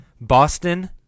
Boston